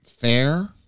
fair